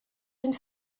une